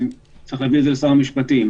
צריך להביא את זה לשר המשפטים.